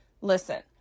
listen